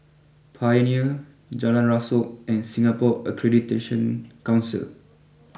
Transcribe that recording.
Pioneer Jalan Rasok and Singapore Accreditation Council